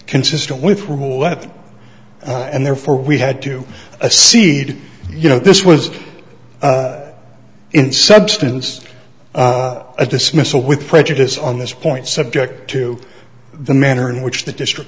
consistent with roulette and therefore we had to cede you know this was in substance a dismissal with prejudice on this point subject to the manner in which the district